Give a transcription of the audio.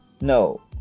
No